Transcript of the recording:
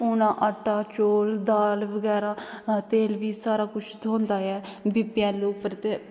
हून आटा चौल दाल बगैरा तेल बी सारा कुछ थ्होंदा ऐ बीपीएल उपर ते